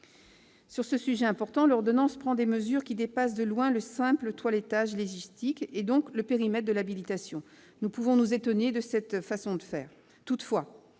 Sur ce sujet important, l'ordonnance prend des mesures qui dépassent de loin le simple « toilettage » légistique et, donc, le périmètre de l'habilitation. Nous pouvons nous étonner de cette façon de faire.